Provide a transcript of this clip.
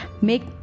Make